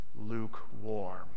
lukewarm